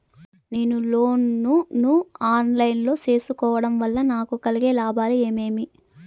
నేను లోను ను online లో సేసుకోవడం వల్ల నాకు కలిగే లాభాలు ఏమేమీ?